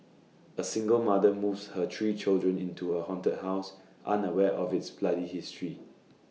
A single mother moves her three children into A haunted house unaware of its bloody history